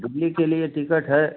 दिल्ली के लिए टिकट है